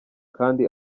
kandi